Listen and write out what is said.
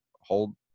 hold